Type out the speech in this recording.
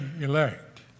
elect